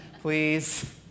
please